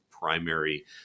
primary